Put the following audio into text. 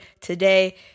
today